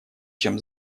чем